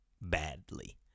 Badly